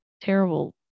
terrible